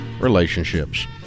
relationships